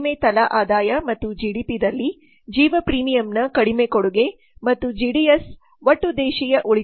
ಕಡಿಮೆ ತಲಾ ಆದಾಯ ಮತ್ತು ಜಿಡಿಪಿದಲ್ಲಿ ಜೀವ ಪ್ರೀಮಿಯಂನ ಕಡಿಮೆ ಕೊಡುಗೆ ಮತ್ತು ಜಿಡಿಎಸ್ ಒಟ್ಟು ದೇಶೀಯ ಉಳಿತಾಯ